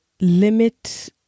limit